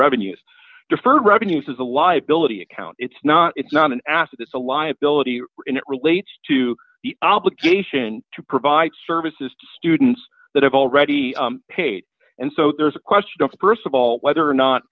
revenues deferred revenues as a live billet account it's not it's not an asset it's a liability and it relates to the obligation to provide services to students that have already paid and so there's a question of st of all whether or not